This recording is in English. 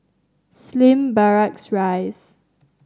Slim Barracks Rise